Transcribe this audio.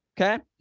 okay